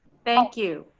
thank you.